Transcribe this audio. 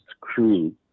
crew